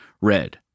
red